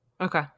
Okay